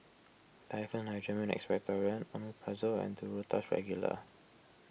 Diphenhydramine Expectorant Omeprazole and Duro Tuss Regular